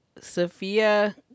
Sophia